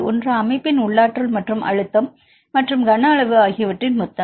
ஒன்று அமைப்பின் உள் ஆற்றல் மற்றும் அழுத்தம் மற்றும் கனஅளவு ஆகியவற்றின் மொத்தம்